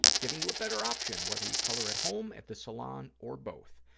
giving you a better option, whether you color at home, at the salon or both.